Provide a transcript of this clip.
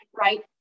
right